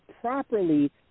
properly